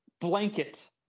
blanket